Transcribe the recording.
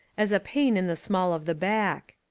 as a pain in the small of the back.